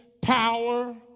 power